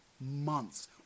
months